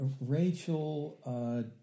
Rachel